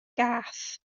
gath